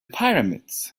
pyramids